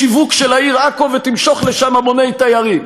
בשיווק של העיר עכו ותמשוך לשם המוני תיירים?